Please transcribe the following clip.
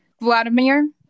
vladimir